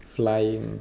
flying